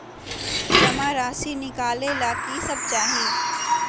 जमा राशि नकालेला कि सब चाहि?